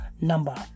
number